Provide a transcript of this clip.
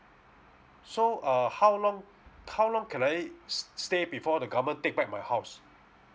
so uh how long how long can I st~ st~ stay before the government take back my house